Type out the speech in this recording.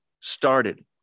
started